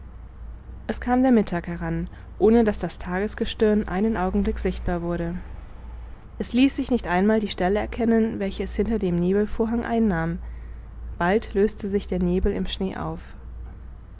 es kam der mittag heran ohne daß das tagesgestirn einen augenblick sichtbar wurde es ließ sich nicht einmal die stelle erkennen welche es hinter dem nebelvorhang einnahm bald löste sich der nebel in schnee auf